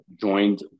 joined